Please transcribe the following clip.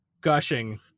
gushing